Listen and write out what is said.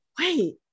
wait